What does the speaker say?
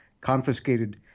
confiscated